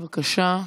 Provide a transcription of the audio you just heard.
בבקשה.